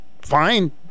Fine